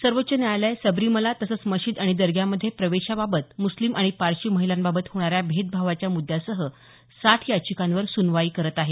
सर्वोच्च न्यायालय सबरीमला तसंच मशीद आणि दर्ग्यामध्ये प्रवेशाबाबत मुस्लीम आणि पारशी महिलांबाबत होणाऱ्या भेदभावाच्या मुद्दांसह साठ याचिकांवर सुनवाई करत आहे